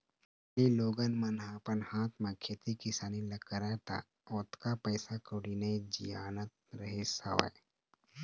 पहिली लोगन मन ह अपन हाथ म खेती किसानी ल करय त ओतका पइसा कउड़ी नइ जियानत रहिस हवय